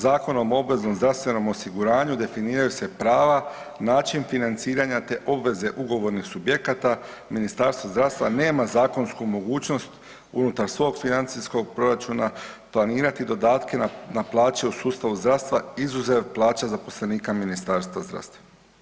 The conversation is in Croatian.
Zakonom o obveznom zdravstvenom osiguranju definiraju se prava, način financiranja, te obveze ugovornih subjekata Ministarstva zdravstva, nema zakonsku mogućnost unutar svog financijskog proračuna planirati dodatke na plaće u sustavu zdravstva izuzev plaća zaposlenika Ministarstva zdravstva.